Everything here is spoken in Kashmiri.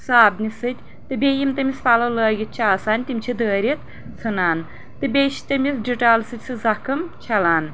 صابنہِ سۭتۍ تہٕ بیٚیہِ یِم تٔمِس پلو لٲگِتھ چھِ آسان تِم چھِ دٲرِتھ ژھنان تہٕ بیٚیہِ چھِ تٔمِس ڈٹال سۭتۍ سہُ زخٕم چھلان